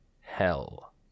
hell